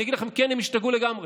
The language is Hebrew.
אני אגיד לכם: כן, הם השתגעו לגמרי.